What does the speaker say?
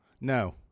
No